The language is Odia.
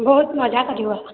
ବହୁତ ମଜା କରିବା